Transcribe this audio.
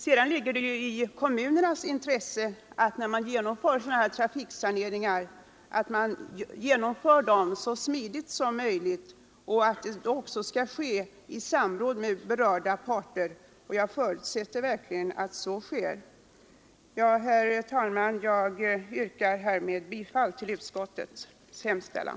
Det ligger vidare i kommunernas intresse att när man genomför sådana här trafiksaneringar göra detta så smidigt som möjligt och i samråd med berörda parter. Jag förutsätter också verkligen att så sker. Herr talman! Jag yrkar med det anförda bifall till utskottets hemställan.